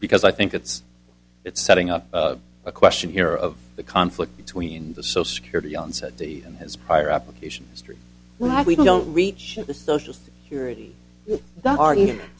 because i think it's it's setting up a question here of the conflict between the social security and said he and his prior application history we're not we don't reach the social security the argument